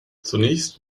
zunächst